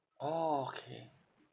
orh okay